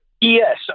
Yes